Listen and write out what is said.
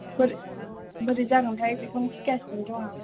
बोरै जागोनथाय बेखौनो गिगासिनो दङ आं